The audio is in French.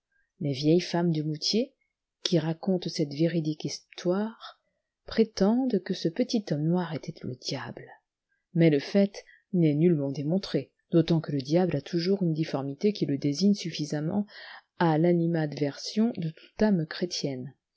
les vieilles femmes de mouthiers qui racontent cette véridique histoiie prétendent que ce petit liomme noir était le diable mais le fait nest nullement démontré d'autant que le diable a toujours une difformité qui le désigne suflisarament à tanimadversion de toute âme chrétienne